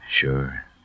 Sure